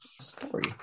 story